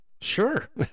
Sure